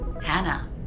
Hannah